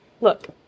look